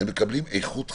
הם מקבלים איכות חיים.